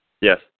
Yes